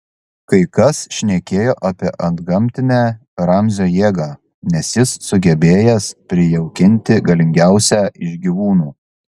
kai kas šnekėjo apie antgamtinę ramzio jėgą nes jis sugebėjęs prijaukinti galingiausią iš gyvūnų